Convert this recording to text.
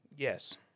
Yes